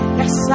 yes